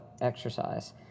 exercise